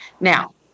Now